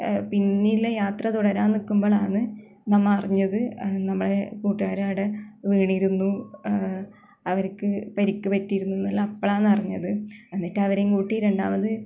പിന്നെയുള്ള യാത്ര തുടരാന് നിക്കുമ്പോഴാണ് നമ്മൾ അറിഞ്ഞത് നമ്മുടെ കൂട്ടുകാരവിടെ വീണിരുന്നു അവർക്ക് പരിക്ക് പറ്റിയിരുന്നു എന്നെല്ലാം അപ്പോഴാണ് അറിഞ്ഞത് എന്നിട്ട് അവരെയും കൂട്ടി രണ്ടാമത്